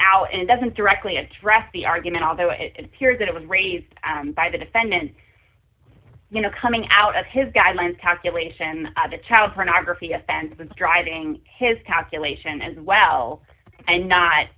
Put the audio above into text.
out and doesn't directly address the argument although it appears that it was raised by the defendant you know coming out of his guidelines calculation of the child pornography offense and driving his calculation as well and not